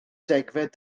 degfed